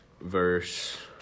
verse